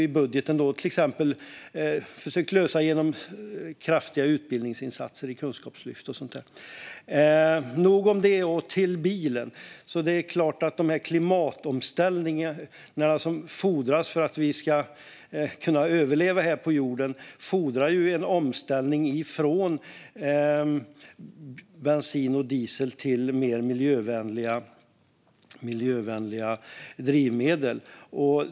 I budgeten har man försökt lösa detta genom kraftiga utbildningsinsatser i kunskapslyft och sådant. Så till bilen. Den klimatomställning som krävs för att vi ska kunna överleva här på jorden fordrar en omställning från bensin och diesel till mer miljövänliga drivmedel.